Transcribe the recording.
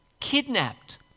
kidnapped